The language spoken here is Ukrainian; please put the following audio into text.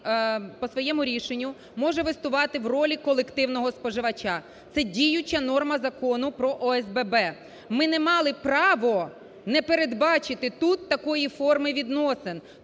по своєму рішенню може виступати в ролі колективного споживача. Це діюча норма Закону про ОСББ. Ми не мали права не передбачити тут такої форми відносин.